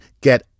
Get